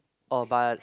<(uh) but